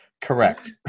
Correct